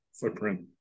footprint